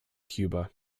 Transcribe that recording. cuba